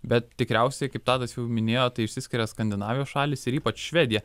bet tikriausiai kaip tadas jau minėjo tai išsiskiria skandinavijos šalys ir ypač švedija